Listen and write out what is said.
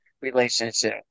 relationship